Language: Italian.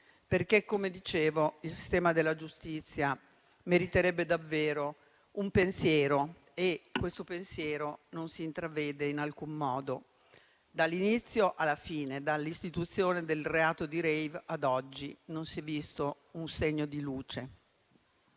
errore. Come dicevo, il sistema della giustizia meriterebbe davvero un pensiero e questo pensiero non si intravede in alcun modo dall'inizio alla fine: dall'istituzione del reato di *rave* ad oggi non si è visto un segno di luce.